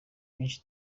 myinshi